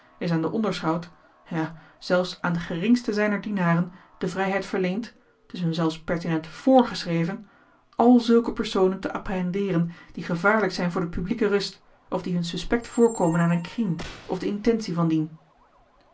is aan den onderschout ja zelfs aan den geringsten zijner dienaren de vrijheid verleend t is hun zelfs pertinent voorgeschreven al zulke personen te apprehendeeren die gevaarlijk zijn voor de publieke rust of die hun suspect voorkomen aan een crime of de intieme van dien